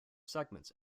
segments